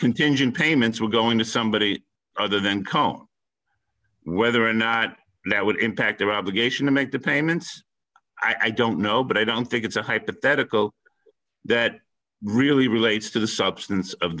contingent payments were going to somebody other than calm whether or not that would impact their obligation to make the payments i don't know but i don't think it's a hypothetical that really relates to the substance of